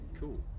Cool